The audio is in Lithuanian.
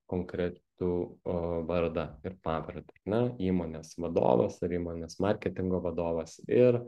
konkretų o vardą ir pavardę ne įmonės vadovas ar įmonės marketingo vadovas ir